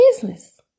business